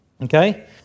Okay